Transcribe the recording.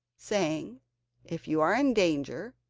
saying if you are in danger,